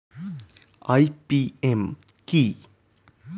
IPM কি?